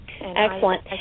Excellent